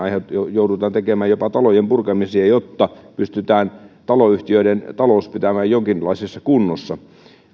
joudutaan tekemään jopa talojen purkamisia jotta pystytään taloyhtiöiden talous pitämään jonkinlaisessa kunnossa